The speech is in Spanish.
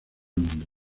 mundo